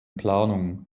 planung